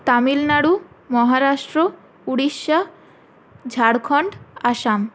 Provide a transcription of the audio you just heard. Tamil Nadu Maharashtra Orissa Jharkhand Assam